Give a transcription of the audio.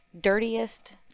dirtiest